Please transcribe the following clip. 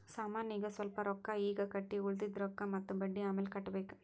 ಸಾಮಾನಿಗ್ ಸ್ವಲ್ಪ್ ರೊಕ್ಕಾ ಈಗ್ ಕಟ್ಟಿ ಉಳ್ದಿದ್ ರೊಕ್ಕಾ ಮತ್ತ ಬಡ್ಡಿ ಅಮ್ಯಾಲ್ ಕಟ್ಟಬೇಕ್